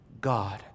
God